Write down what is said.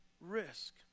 risk